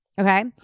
Okay